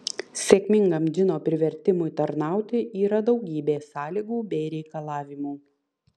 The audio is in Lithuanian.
sėkmingam džino privertimui tarnauti yra daugybė sąlygų bei reikalavimų